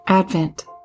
Advent